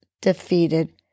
defeated